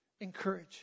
encourage